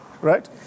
right